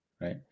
Right